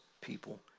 people